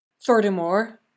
Furthermore